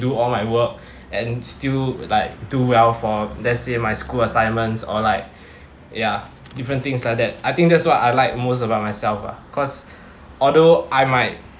do all my work and still like do well for let's say my school assignments or like ya different things like that I think that's what I like most about myself lah cause although I might